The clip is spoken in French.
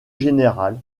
générale